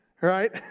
right